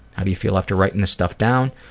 how do you feel after writing this stuff down?